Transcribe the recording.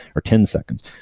or ten seconds.